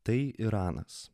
tai iranas